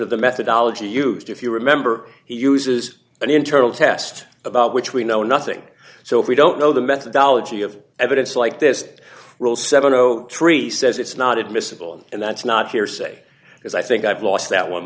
of the methodology used if you remember he uses an internal test about which we know nothing so if we don't know the methodology of evidence like this rule seven hundred and three says it's not admissible and that's not hearsay because i think i've lost that one